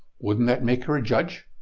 wouldn't that make her a judge?